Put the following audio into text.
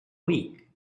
week